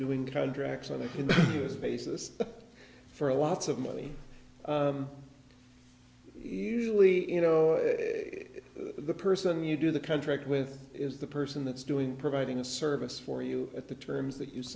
doing contracts on this basis for a lots of money usually you know the person you do the country with is the person that's doing providing a service for you at the terms that